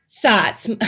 thoughts